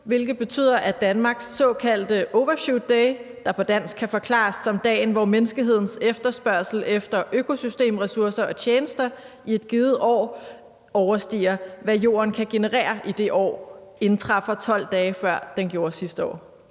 hvilket betyder, at Danmarks såkaldte Overshoot Day, der på dansk kan forklares som dagen, hvor menneskehedens efterspørgsel efter økosystemressourcer og -tjenester i et givet år overstiger, hvad jorden kan regenerere i det år, i år indtræffer 12 dage, før den gjorde sidste år?